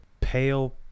Pale